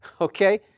Okay